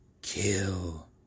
Kill